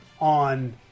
on